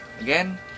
Again